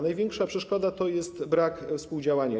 Największa przeszkoda to brak współdziałania.